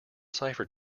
cipher